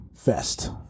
fest